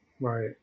Right